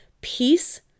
Peace